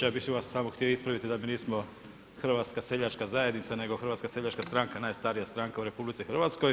Ja bih vas samo htio ispraviti da mi nismo hrvatska seljačka zajednica nego Hrvatska seljačka stranka najstarija stranka u RH.